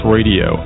Radio